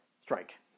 strike